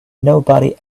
nobody